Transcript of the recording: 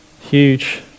Huge